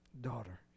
daughter